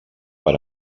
per